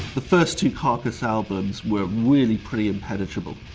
the first two carcass albums were really, pretty impenetrable.